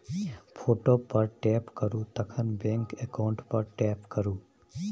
photo पर tap करु तखन बैंक अकाउंट पर टैप करु